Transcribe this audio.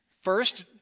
First